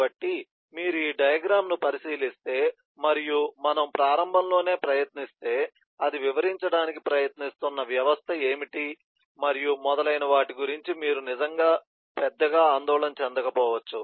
కాబట్టి మీరు ఈ డయాగ్రమ్ ను పరిశీలిస్తే మరియు మనము ప్రారంభంలోనే ప్రయత్నిస్తే అది వివరించడానికి ప్రయత్నిస్తున్న వ్యవస్థ ఏమిటి మరియు మొదలైన వాటి గురించి మీరు నిజంగా పెద్దగా ఆందోళన చెందకపోవచ్చు